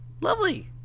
Lovely